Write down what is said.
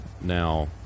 now